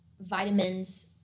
vitamins